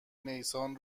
نیسان